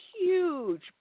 huge